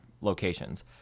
locations